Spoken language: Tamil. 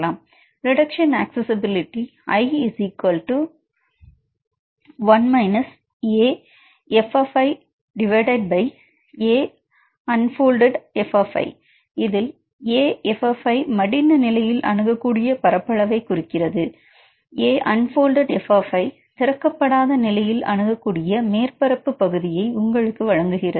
reduction accessibility i 1 A f Aunf இதில் Af மடிந்த நிலையில் அணுகக்கூடிய பரப்பளவைக் குறிக்கிறது Aunf திறக்கப்படாத நிலையில் அணுகக்கூடிய மேற்பரப்பு பகுதியை உங்களுக்கு வழங்குகிறது